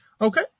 Okay